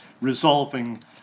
resolving